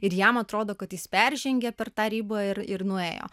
ir jam atrodo kad jis peržengė per tą ribą ir ir nuėjo